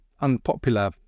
unpopular